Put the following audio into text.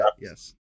yes